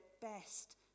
best